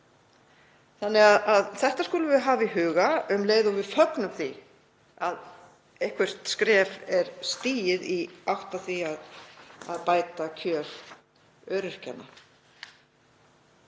laun. Þetta skulum við hafa í huga um leið og við fögnum því að eitthvert skref sé stigið í átt að því að bæta kjör öryrkja.